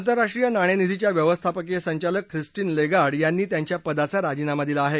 आंतरराष्ट्रीय नाणेनिधीच्या व्यवस्थापकीय संचालक क्रिस्टीन लेगार्ड यांनी त्यांच्या पदाचा राजीनामा दिला आहे